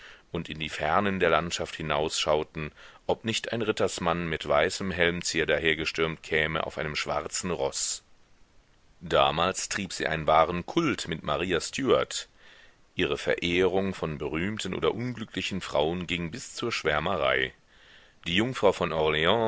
und in die fernen der landschaft hinausschauten ob nicht ein rittersmann mit weißer helmzier dahergestürmt käme auf einem schwarzen roß damals trieb sie einen wahren kult mit maria stuart ihre verehrung von berühmten oder unglücklichen frauen ging bis zur schwärmerei die jungfrau von